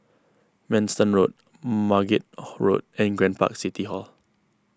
Manston Road Margate Road and Grand Park City Hall